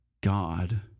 God